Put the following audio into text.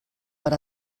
per